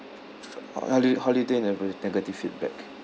holi~ holiday nega~ negative feedback